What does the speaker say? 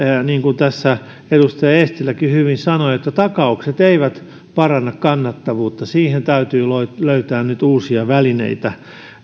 niin kuin tässä edustaja eestiläkin hyvin sanoi takaukset eivät paranna kannattavuutta siihen täytyy löytää nyt uusia välineitä